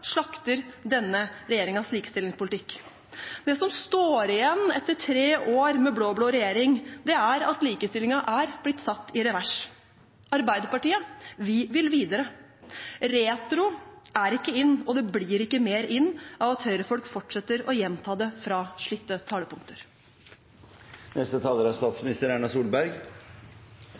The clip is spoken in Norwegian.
slakter denne regjeringens likestillingspolitikk. Det som står igjen etter tre år med blå-blå regjering, er at likestillingen er blitt satt i revers. Arbeiderpartiet, vi vil videre. Retro er ikke in, og det blir ikke mer in av at høyrefolk fortsetter å gjenta det fra slitte talepunkter. Som nevnt er